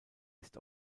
ist